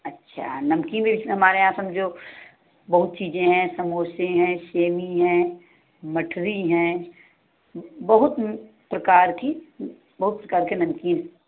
अच्छा नमकीन भी हमारे यहाँ समझों बहुत चीज़ें हैं समोसे हैं सेवीं हैं मठरी हैं बहुत प्रकार की बहुत प्रकार के नमकीन है